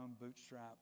bootstraps